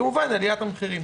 וכמובן עליית המחירים.